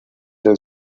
han